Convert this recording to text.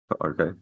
Okay